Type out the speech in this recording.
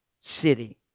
city